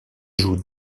joue